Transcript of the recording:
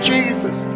Jesus